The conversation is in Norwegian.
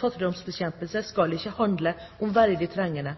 Fattigdomsbekjempelse skal ikke handle om verdig trengende,